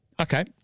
okay